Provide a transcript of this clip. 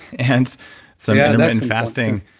and some intermittent fasting,